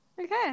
Okay